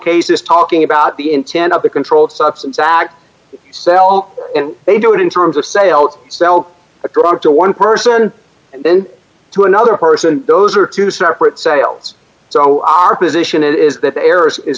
cases talking about the intent of the controlled substance act cell and they do it in terms of sales sell a product to one person and then to another person those are two separate sales so our position is that